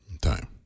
time